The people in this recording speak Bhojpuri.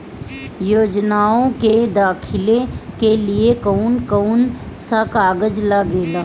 योजनाओ के दाखिले के लिए कौउन कौउन सा कागज लगेला?